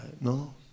No